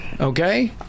Okay